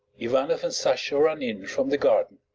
ivanoff and sasha run in from the garden.